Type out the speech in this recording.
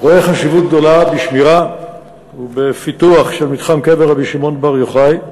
רואה חשיבות גדולה בשמירה ובפיתוח של מתחם קבר רבי שמעון בר יוחאי,